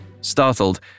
Startled